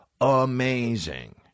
amazing